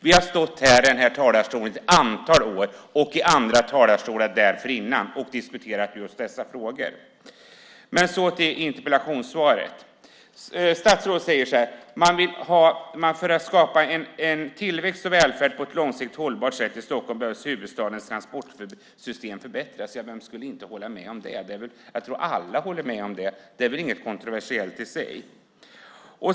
Vi har stått i den här talarstolen ett antal år, och i andra talarstolar dessförinnan, och diskuterat just dessa frågor. Så till interpellationssvaret. Statsrådet säger så här: "För att skapa tillväxt och välfärd på ett långsiktigt hållbart sätt i Stockholm behöver huvudstadens transportsystem förbättras." Ja, vem skulle inte hålla med om det? Jag tror att alla håller med om det. Det är väl inget kontroversiellt i sig.